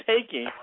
taking